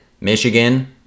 Michigan